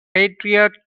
patriot